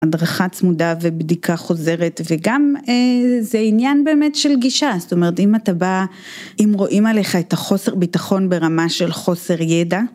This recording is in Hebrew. הדרכה צמודה ובדיקה חוזרת וגם א...זה עניין באמת של גישה, זאת אומרת, אם אתה בא, אם רואים עליך את החוסר ביטחון ברמה של חוסר ידע,